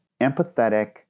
empathetic